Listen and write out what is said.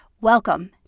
Welcome